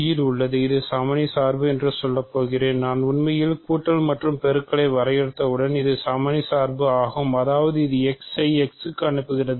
I என்பது End ஆகும் அதாவது இது x ஐ x க்கு அனுப்புகிறது